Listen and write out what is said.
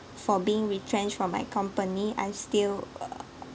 for being retrenched from my company I still uh